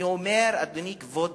אני אומר, אדוני כבוד